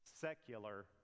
secular